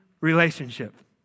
relationship